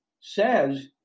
says